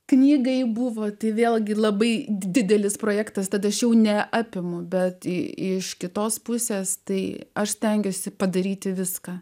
knygai buvo tai vėlgi labai didelis projektas tad aš jau neapimu bet iš kitos pusės tai aš stengiuosi padaryti viską